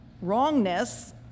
wrongness